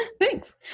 Thanks